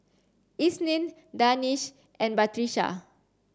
Isnin Danish and Batrisya